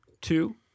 two